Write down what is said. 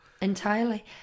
Entirely